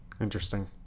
Interesting